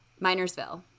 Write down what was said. Minersville